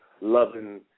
loving